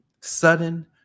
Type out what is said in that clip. sudden